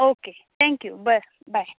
okay thank you बरें बाय